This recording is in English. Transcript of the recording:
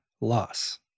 loss